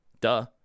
Duh